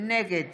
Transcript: נגד